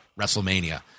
WrestleMania